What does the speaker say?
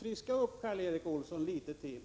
Friska upp Karl Erik Olsson litet till!